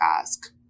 ask